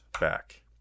back